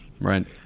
Right